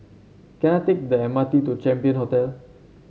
can I take the M R T to Champion Hotel